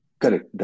Correct